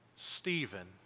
Stephen